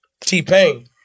T-Pain